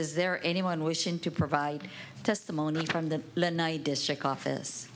is there anyone wishing to provide testimony from the district office